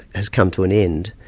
has come to an end.